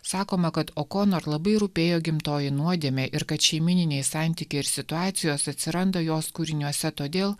sakoma kad okonor labai rūpėjo gimtoji nuodėmė ir kad šeimyniniai santykiai ir situacijos atsiranda jos kūriniuose todėl